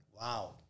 Wow